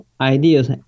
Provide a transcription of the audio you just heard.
ideas